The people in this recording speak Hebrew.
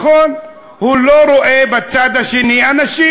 נכון, הוא לא רואה בצד השני אנשים.